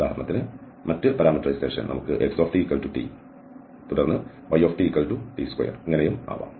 ഉദാഹരണത്തിന് മറ്റ് പാരാമീറ്ററൈസേഷൻ നമുക്ക്xtt തുടർന്ന് ytt2 പോലെയാകാം